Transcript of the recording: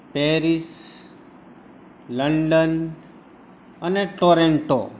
Paris London અને Toronto